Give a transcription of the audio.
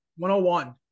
101